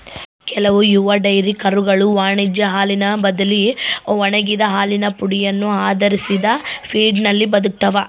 ಕೆಲವು ಯುವ ಡೈರಿ ಕರುಗಳು ವಾಣಿಜ್ಯ ಹಾಲಿನ ಬದಲಿ ಒಣಗಿದ ಹಾಲಿನ ಪುಡಿಯನ್ನು ಆಧರಿಸಿದ ಫೀಡ್ನಲ್ಲಿ ಬದುಕ್ತವ